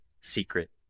secret